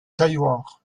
tailloirs